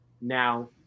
Now